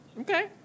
Okay